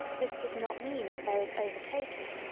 this does not mean that there is overtaking,